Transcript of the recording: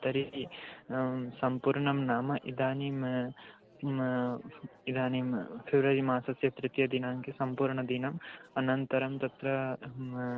तर्हि सम्पूर्णं नाम इदानीम् इदानीं फ़ेब्रवरि मासस्य तृतीयदिनाङ्के सम्पूर्णदिनम् अनन्तरं तत्र अहं